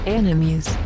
enemies